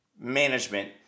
management